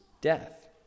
death